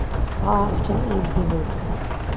soft and easy movement.